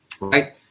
right